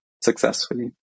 successfully